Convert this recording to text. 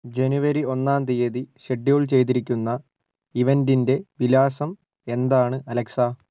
ജനുവരി ഒന്നാം തീയതി ഷെഡ്യൂൾ ചെയ്തിരിക്കുന്ന ഇവന്റിന്റെ വിലാസം എന്താണ് അലക്സ